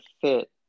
fit